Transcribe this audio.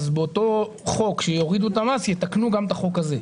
באותו חוק שיורידו את המס יתקנו גם את החוק הזה.